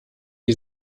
die